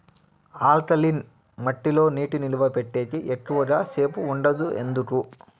alkaline మట్టి లో నీటి నిలువ పెట్టేకి ఎక్కువగా సేపు ఉండదు ఎందుకు